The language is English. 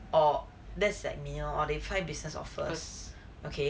or that's like me lor they fly business or first okay